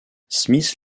smith